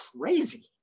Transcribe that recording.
crazy